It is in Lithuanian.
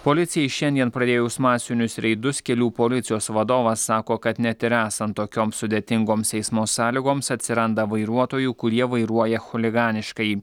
policijai šiandien pradėjus masinius reidus kelių policijos vadovas sako kad net ir esant tokioms sudėtingoms eismo sąlygoms atsiranda vairuotojų kurie vairuoja chuliganiškai